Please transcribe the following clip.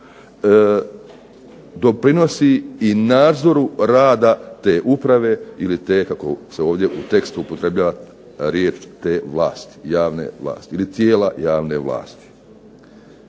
doprinosi nadzoru rada te uprave ili te kako se ovdje u tekstu upotrebljava riječ javne vlasti. U točki 3.